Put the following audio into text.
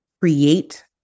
create